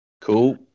Cool